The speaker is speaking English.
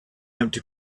empty